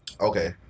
Okay